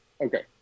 Okay